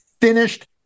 finished